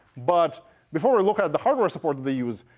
but before we look at the hardware support they use,